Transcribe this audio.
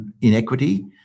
inequity